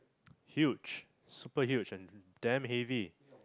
huge super huge and damn heavy